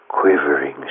quivering